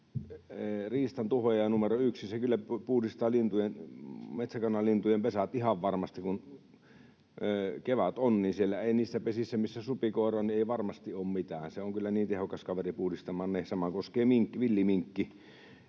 riistan tuhoaja numero yksi. Se kyllä puhdistaa metsäkanalintujen pesät ihan varmasti. Kun kevät on, niin siellä, missä on supikoiria, niissä pesissä ei varmasti ole mitään. Se on kyllä niin tehokas kaveri puhdistamaan ne. Sama koskee villiminkkiä.